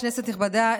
כנסת נכבדה,